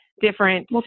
different